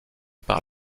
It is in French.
par